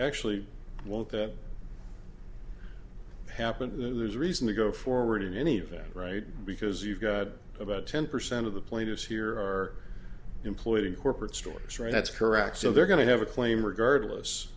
actually won't happen there's a reason to go forward in any event right because you've got about ten percent of the players here are employed in corporate stories right that's correct so they're going to have a claim regardless